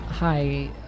Hi